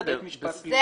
זה